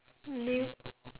nope